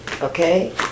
Okay